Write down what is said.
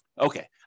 Okay